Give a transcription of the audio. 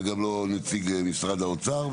וגם לא נציג משרד האוצר,